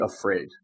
afraid